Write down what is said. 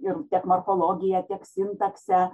ir tiek morfologija tiek sintakse